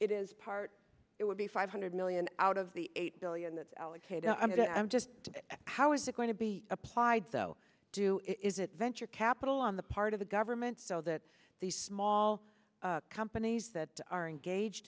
it is part it would be five hundred million out of the eight billion that's allocated i mean i'm just how is it going to be applied though do is it venture capital on the part of the government so that these small companies that are engaged